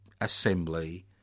Assembly